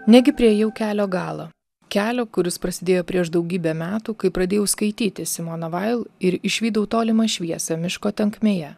negi priėjau kelio galą kelio kuris prasidėjo prieš daugybę metų kai pradėjau skaityti simoną vail ir išvydau tolimą šviesą miško tankmėje